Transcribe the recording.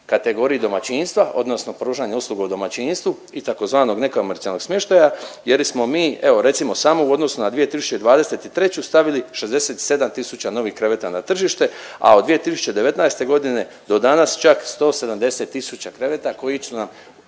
kategoriji domaćinstva, odnosno pružanju usluga u domaćinstvu i tzv. nekomercijalnog smještaja jer smo mi, evo, recimo, samo u odnosu na 2023. stavili 67 tisuća novih kreveta na tržište, a od 2019. g. do danas čak 170 tisuća kreveta .../Govornik